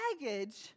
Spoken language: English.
baggage